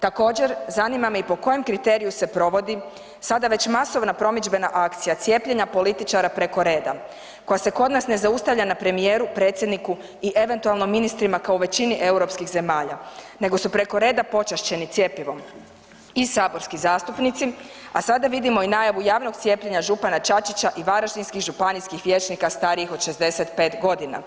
Također, zanima me i po kojem kriteriju se provodi sada već masovna promidžbena akcija cijepljenja političara preko reda koja se kod nas ne zaustavlja ne premijeru, predsjedniku i eventualno ministrima kao i u većini europskih zemalja nego se preko reda počašćeni cjepivom i saborski zastupnici, a sada vidimo i najavu javnog cijepljenja župana Čačića i varaždinskih županijskih vijećnika starijih od 65 godina?